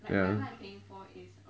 ya